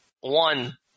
One